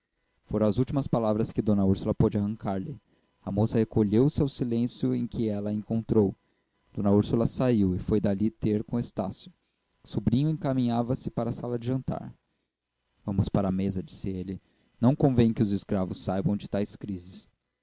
foram as últimas palavras que d úrsula pôde arrancar-lhe a moça recolheu-se ao silêncio em que ela a encontrou d úrsula saiu e foi dali ter com estácio o sobrinho encaminhava se para a sala de jantar vamos para a mesa disse ele não convém que os escravos saibam de tais crises